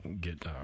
get